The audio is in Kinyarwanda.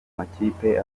makipe